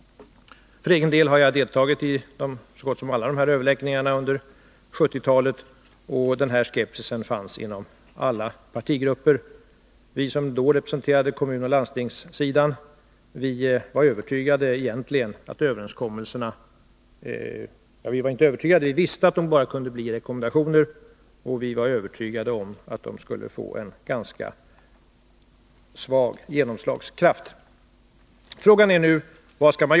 För egen del har jag deltagit i så gott som alla dessa överläggningar under 1970-talet. Skepsisen fanns inom alla partigrupper. Vi som då representerade kommunoch landstingssidan visste att det bara kunde bli fråga om rekommendationer, och vi var övertygade om att de skulle få en ganska svag genomslagskraft.